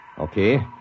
Okay